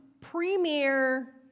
premier